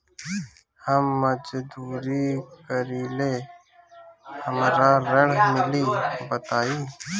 हम मजदूरी करीले हमरा ऋण मिली बताई?